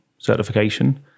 certification